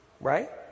right